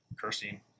cursing